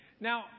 Now